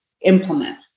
implement